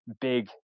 big